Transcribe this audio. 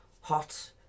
hot